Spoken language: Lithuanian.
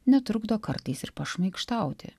netrukdo kartais ir pašmaikštauti